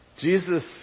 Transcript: Jesus